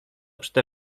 przede